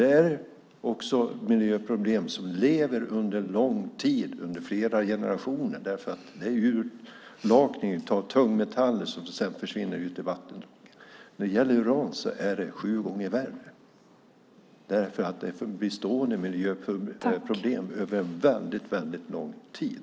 Det är miljöproblem som lever under lång tid, under flera generationer, därför att det sker en urlakning av tungmetaller som sedan försvinner ut i vattnet. När det gäller uran är det sju gånger värre, för det blir bestående miljöproblem över väldigt lång tid.